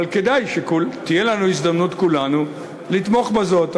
אבל כדאי שתהיה לכולנו הזדמנות לתמוך בזאת.